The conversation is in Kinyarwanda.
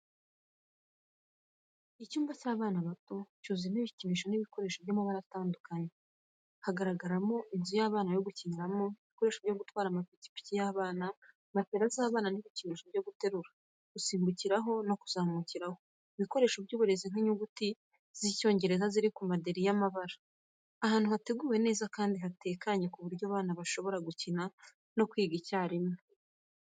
Icyumba cy’abana bato cyuzuyemo ibikinisho n’ibikoresho by’amabara atandukanye. Haragaragaramo inzu y’abana yo gukiniramo, ibikoresho byo gutwara nk’amapikipiki y’abana. Matela z’amabara n’ibikinisho byo guterura, gusimbukiraho no kuzamukiraho. Ibikoresho by’uburezi nk’inyuguti z’Icyongereza ziri ku manderi y’amabara. Ahantu hateguwe neza kandi hatekanye ku buryo abana bashobora gukina no kwiga icyarimwe.